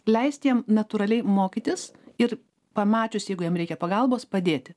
leist jam natūraliai mokytis ir pamačius jeigu jam reikia pagalbos padėti